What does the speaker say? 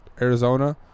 Arizona